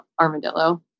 armadillo